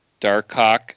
Darkhawk